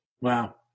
Wow